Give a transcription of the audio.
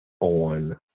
on